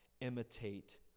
imitate